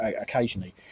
occasionally